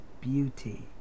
beauty